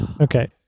Okay